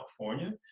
California